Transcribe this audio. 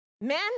men